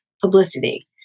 publicity